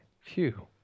phew